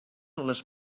les